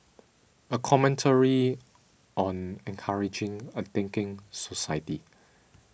a commentary on encouraging a thinking society